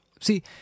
See